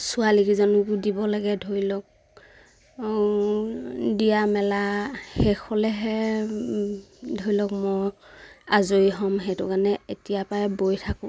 ছোৱালীকেইজনকো দিব লাগে ধৰি লওক দিয়া মেলা শেষ হ'লেহে ধৰি লওক মই আজৰি হ'ম সেইটো কাৰণে এতিয়াৰ পৰাই বৈ থাকোঁ